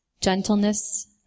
gentleness